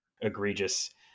egregious